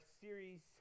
series